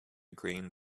green